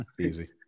Easy